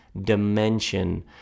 dimension